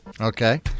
Okay